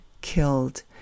killed